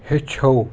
ہیٚچھو